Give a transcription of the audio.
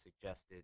suggested